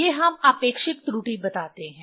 ये हम आपेक्षिक त्रुटि बताते हैं